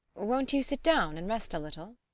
won't you sit down and rest a little?